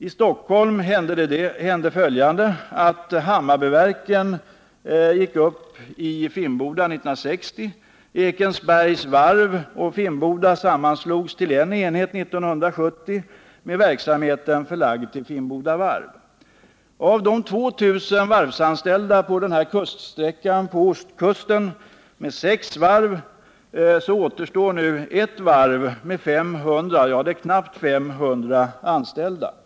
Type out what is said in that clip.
I Stockholm hände följande: Hammarbyverken gick upp i Finnboda 1960. Ekensbergs Varv och Finnboda sammanslogs 1970 till en enhet med verksamheten förlagd till Finnboda Varv. Av de 135 sex varven med 2 000 anställda på denna kuststräcka på ostkusten återstår nu ett varv med knappt 500 anställda.